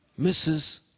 Mrs